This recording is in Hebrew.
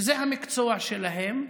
זה המקצוע שלהם.